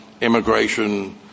immigration